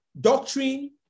doctrine